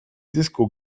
disco